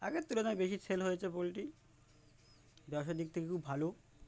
আগের তুলনায় বেশি সেল হয়েছে পোলট্রি দশের দিক থেকে খুব ভালো